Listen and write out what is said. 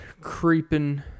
creeping